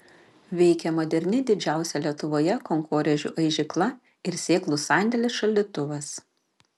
veikia moderni didžiausia lietuvoje kankorėžių aižykla ir sėklų sandėlis šaldytuvas